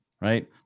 right